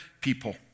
people